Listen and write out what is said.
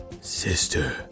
Sister